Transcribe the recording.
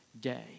day